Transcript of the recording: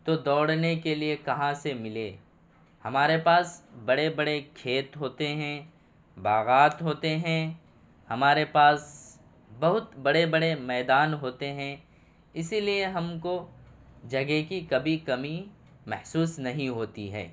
تو دوڑنے کے لیے کہاں سے ملے ہمارے پاس بڑے بڑے کھیت ہوتے ہیں باغات ہوتے ہیں ہمارے پاس بہت بڑے بڑے میدان ہوتے ہوتے ہیں اسی لیے ہم کو جگہ کی کبھی کمی محسوس نہیں ہوتی ہے